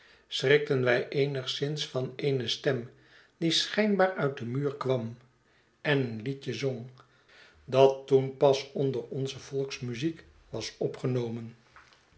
schrikten wij eenigszins van eene stem die schijnbaar uit den muur kwam en een liedje zong dat toen pas onder onze volksmuziek was opgenomen